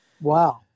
Wow